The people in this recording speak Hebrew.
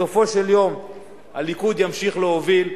בסופו של יום הליכוד ימשיך להוביל,